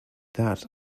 that